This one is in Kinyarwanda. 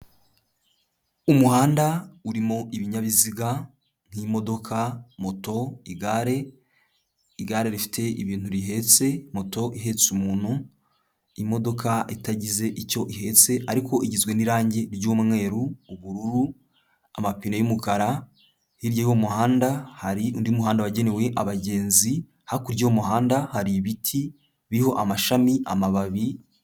Umuhanda urimo ibinyabiziga nk'imodoka, moto, igare. Igare rifite ibintu rihetse, moto ihetse umuntu, imodoka itagize icyo ihetse ariko igizwe n'irangi ry'umweru, ubururu, amapine y'umukara, hirya y'uwo muhanda hari undi muhanda wagenewe abagenzi, hakurya y'uwo muhanda hari ibiti biriho amashami, amababi.